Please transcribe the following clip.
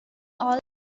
all